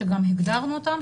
שגם הגדרנו אותם,